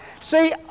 See